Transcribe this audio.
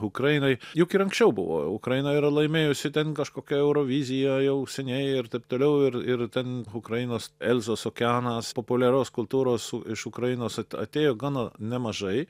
ukrainai juk ir anksčiau buvo ukraina yra laimėjusi ten kažkokią euroviziją jau seniai ir taip toliau ir ir ten ukrainos elzos okeanas populiaraus kultūros iš ukrainos atėjo gana nemažai